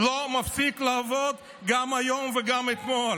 לא מפסיק לעבוד גם היום וגם אתמול.